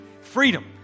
freedom